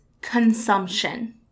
consumption